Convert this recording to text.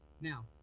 Now